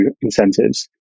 incentives